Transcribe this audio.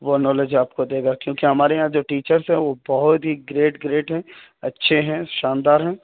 وہ نالج آپ کو دے گا کیونکہ ہمارے یہاں جو ٹیچرس ہیں وہ بہت ہی گریٹ گریٹ ہیں اچھے ہیں شاندار ہیں